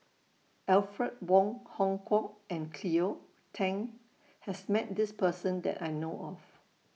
Alfred Wong Hong Kwok and Cleo Thang has Met This Person that I know of